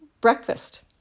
breakfast